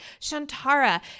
Shantara